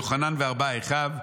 יוחנן וארבעת אחיו,